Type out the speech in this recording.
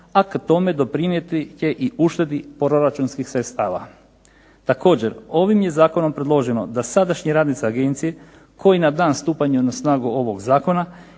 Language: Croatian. a k tome doprinijeti će i uštedi proračunskih sredstava. Također, ovim je zakonom predloženo da sadašnji radnici agencije koji na dan stupanja na snagu ovog zakona